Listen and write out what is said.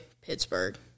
Pittsburgh